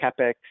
capex